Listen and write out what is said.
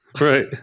Right